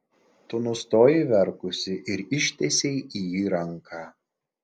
tu nustojai verkusi ir ištiesei į jį ranką